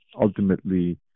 ultimately